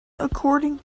according